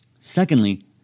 Secondly